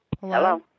Hello